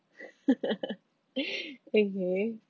okay